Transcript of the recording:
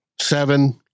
seven